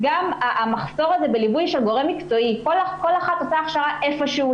המחסור בליווי של גורם מקצועי כל אחת עושה הכשרה איפשהו,